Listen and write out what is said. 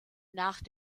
nach